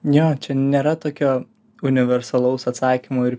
jo čia nėra tokio universalaus atsakymo ir